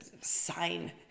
sign